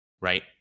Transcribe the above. right